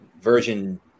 version